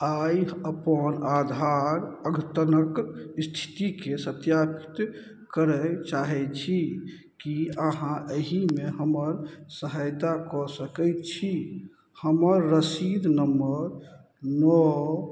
आइ अपन आधार अद्यतन स्थितिके सत्यापित करय चाहय छी की अहाँ अहीमे हमर सहायता कऽ सकय छी हमर रसीद नम्मर ने